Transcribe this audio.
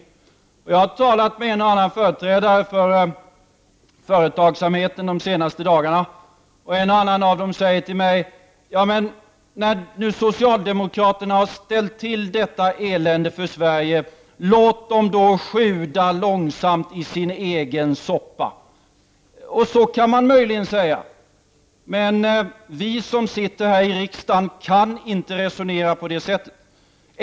Jag har under de senaste dagarna talat med en och annan företrädare för företagssamheten, och någon av dem har sagt till mig: ”När nu socialdemokraterna har ställt till detta elände för Sverige, låt dem då sjuda långsamt i sin egen soppa”. Så kan man möjligen säga, men vi som är ledamöter av denna riksdag kan inte resonera på det sättet.